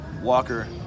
Walker